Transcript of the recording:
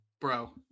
Bro